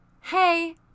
Hey